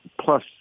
plus